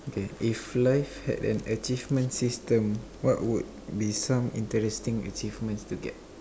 okay if life had an achievement system what would be some interesting achievement to get